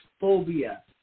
phobia